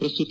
ಪ್ರಸ್ತುತ